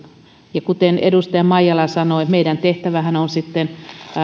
ja kuten edustaja maijala sanoi meidän tehtävämmehän on sitten